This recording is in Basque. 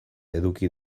eduki